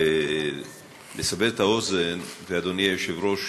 ואדוני היושב-ראש.